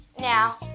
Now